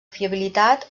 fiabilitat